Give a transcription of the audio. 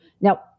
Now